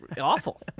awful